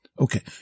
Okay